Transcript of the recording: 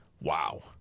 Wow